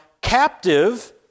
captive